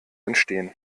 entstehen